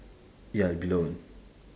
ya below one